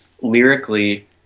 lyrically